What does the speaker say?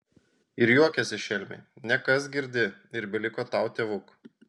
ir juokėsi šelmiai nekas girdi ir beliko tau tėvuk